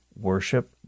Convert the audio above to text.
worship